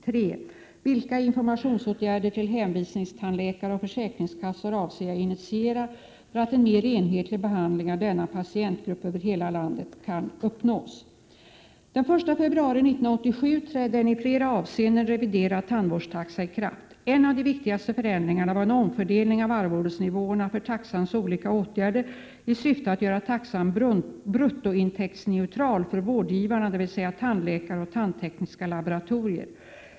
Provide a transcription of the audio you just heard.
Den 1 februari 1987 trädde en i flera avseenden reviderad tandvårdstaxa i kraft. En av de viktigaste förändringarna var en omfördelning av arvodesnivåerna för taxans olika åtgärder i syfte att göra taxan bruttointäktsneutral för vårdgivarna, dvs. tandläkare och tandtekniska laboratorier.